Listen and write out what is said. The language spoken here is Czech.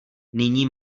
nyní